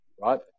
right